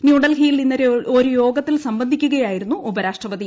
ന്യൂഡൽഹിയിൽ ഇന്നലെ ഒരു യോഗത്തിൽ സംബന്ധിക്കുകയായിരുന്നു ഉപരാഷ്ട്രപതി